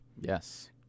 Yes